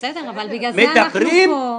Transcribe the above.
בסדר, אבל בגלל זה אנחנו פה.